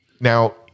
Now